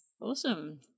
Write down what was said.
Awesome